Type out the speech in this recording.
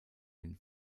den